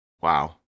Wow